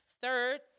Third